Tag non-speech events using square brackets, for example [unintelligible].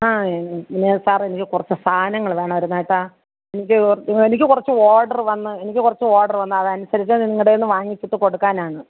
[unintelligible] സാറെ എനിക്ക് കുറച്ച് സാധനങ്ങൾ വേണമായിരുന്നു കേട്ടോ എനിക്ക് എനിക്ക് കുറച്ച് ഓഡ്റ് വന്നു എനിക്ക് കുറച്ച് ഓഡറ് വന്നു അത് അനുസരിച്ചിട്ട് നിങ്ങളുടെ നിന്ന് വാങ്ങിച്ചിട്ട് കൊടുക്കാനാണ്